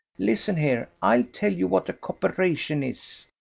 listen here. i'll tell you what a copperation is.